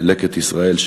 "לקט ישראל",